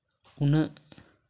ᱩᱱᱟᱹᱜ